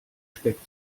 speck